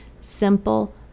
simple